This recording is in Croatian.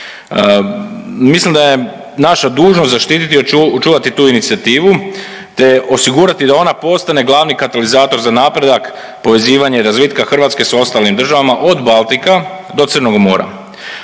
Mislim da je naša dužnost zaštiti i očuvati tu Inicijativu te osigurati da ona postane glavni katalizator za napredak, povezivanje razvitka Hrvatske s ostalim državama od Baltika do Crnog mora.